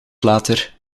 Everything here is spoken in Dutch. later